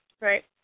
right